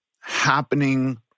happening